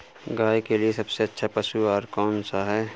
गाय के लिए सबसे अच्छा पशु आहार कौन सा है?